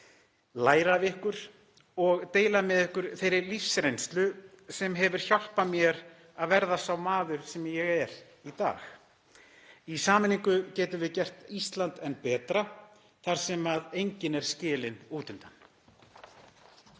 læra af ykkur og deila með ykkur þeirri lífsreynslu sem hefur hjálpað mér að verða sá maður sem ég er í dag. Í sameiningu getum við gert Ísland enn betra þar sem enginn er skilinn út undan.